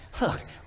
look